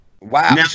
Wow